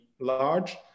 large